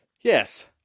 yes